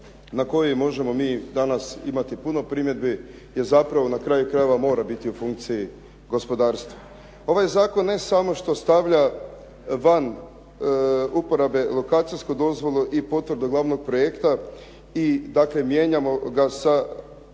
na koju možemo mi danas imati puno primjedbi je zapravo na kraju krajeva mora biti u funkciji gospodarstva. Ovaj zakon ne samo što stavlja van uporabe lokacijsku dozvolu i potvrdu glavnog projekta i dakle mijenjamo ga sa